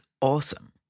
awesome